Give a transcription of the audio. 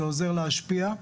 זה עוזר להשפיע.